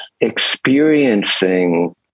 experiencing